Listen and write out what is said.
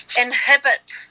inhibit